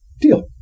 Deal